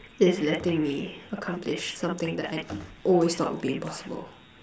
is letting me accomplish me something that I always thought would be impossible